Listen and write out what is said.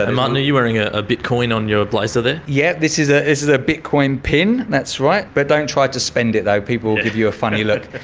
martin, are you wearing ah a bitcoin on your blazer there? yep, this is ah is a bitcoin pin, that's right. but don't try to spend it though, people will give you a funny look.